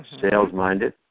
Sales-minded